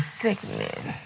sickening